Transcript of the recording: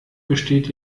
besteht